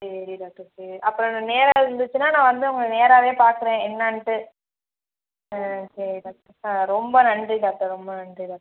சரி டாக்டர் சரி அப்புறம் நான் நேரம் இருந்துச்சுன்னா நான் வந்து நேராகவே பார்க்குறேன் என்னென்ட்டு ஆ சரி டாக்டர் ஆ ரொம்ப நன்றி டாக்டர் ரொம்ப நன்றி டாக்டர்